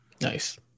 Nice